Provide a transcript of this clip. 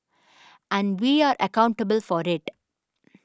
and we are accountable for it